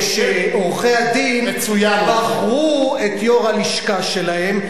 הוא שעורכי-הדין בחרו את יושב-ראש הלשכה שלהם,